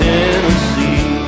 Tennessee